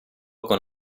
con